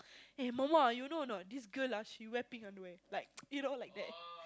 eh mo mo ah you know or not this girl ah she wear pink underwear you know like that